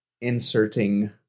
inserting